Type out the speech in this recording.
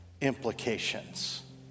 implications